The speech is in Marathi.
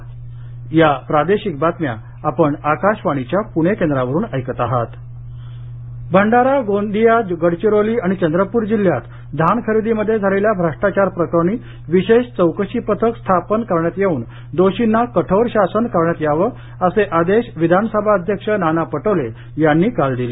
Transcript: धान खरेदी भंडारा गोंदिया गडचिरोली आणि चंद्रपुर जिल्ह्यात धान खरेदीमध्ये झालेल्या भ्रष्टाचार प्रकरणी विशेष चौकशी पथक स्थापन करण्यात येऊन दोषींना कठोर शासन करण्यात यावंअसे आदेश विधानसभा अध्यक्ष नाना पटोले यांनी काल दिले